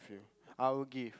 okay I will give